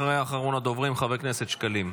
אחריה, אחרון הדוברים, חבר הכנסת שקלים.